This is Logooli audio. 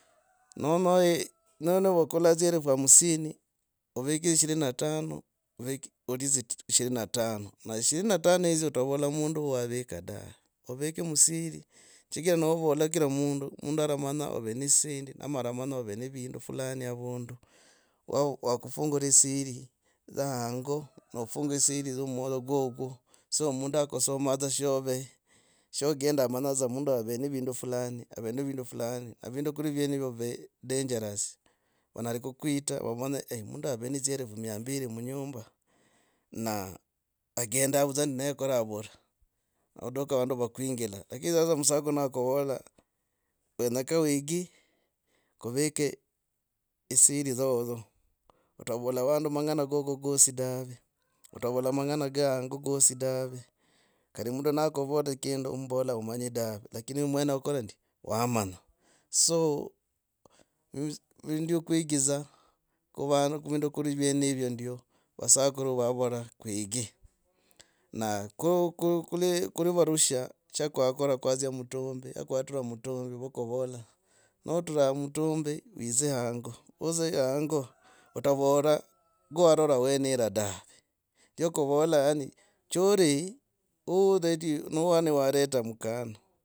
Nonyohi no niwakula dzielfuhamsini. oviki ishirini na tano ovi olie ishirini na tano. Na ishirini na tano idziyo otavola mundu wo wa wavika dave ovikemusirichigira nevula kira mundu. mundualamanya ov ne dzisendi ana aramanya ov ne vindu fulani avundu wakufungura esiri dzahango. wakafungura esiri dzyo niwaye kwokwo so mundu akusomaa dza shove. shegenda ananya dza mundu ne vindu fulani. vindufulani. Evindu kuri vive dangerous. Vanyera kukwita vamanya eeh mundu oyu ave dzielfu mia mbiri munyumba na agenda vudza na nekora avura na aduka vandu vakuhingila lakini sasa musakuru nakuvda wenyaka wegi. kuvika esiri dzodzo. Otavola vandu mangana gogo gosi dave, otavola mangana gosi davi. Kandi mundu nakuvola kindu ombala umanyi dave lakini mwene okora ndi wamanya. So nindio kwegidza kuva. vindu kuri vyeneuyo ndio. Vasakuru vavoro kwigi. Na ko. kuli varusha sha kwa kora kwadzia matumbi. kwatura mutumbi vakuvola. notura mutumbi widze hango. widzi hango watavora huwarora wenera dave. ndio kuvola chori. noli niwareta mukana.